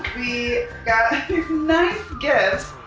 we got these nice gifts.